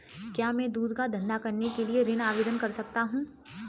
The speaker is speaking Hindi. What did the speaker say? क्या मैं दूध का धंधा करने के लिए ऋण आवेदन कर सकता हूँ?